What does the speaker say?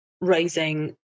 Raising